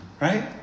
Right